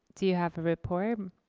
do you have a report?